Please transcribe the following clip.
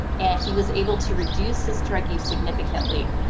and he was able to reduce his drug use significantly,